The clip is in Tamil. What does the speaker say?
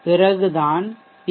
பிறகு தான் பி